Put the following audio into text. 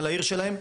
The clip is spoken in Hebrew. על העיר שלהם,